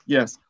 Yes